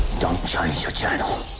don't change your channel.